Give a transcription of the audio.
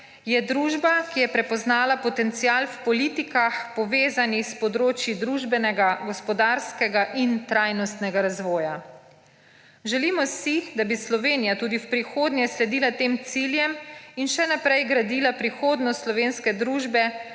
je družba, ki je prepoznala potencial v politikah, povezanih s področji družbenega, gospodarskega in trajnostnega razvoja. Želimo si, da bi Slovenija tudi v prihodnje sledila tem ciljem in še naprej gradila prihodnost slovenske družbe